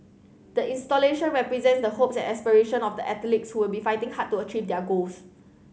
the installation represents the hopes and aspiration of the athletes who would be fighting hard to achieve their goals